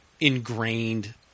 ingrained